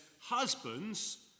husbands